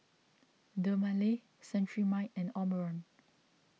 Dermale Cetrimide and Omron